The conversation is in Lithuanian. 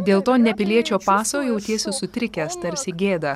dėl to nepiliečio paso jautiesi sutrikęs tarsi gėda